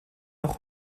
noch